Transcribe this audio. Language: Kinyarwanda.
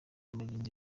abagenzi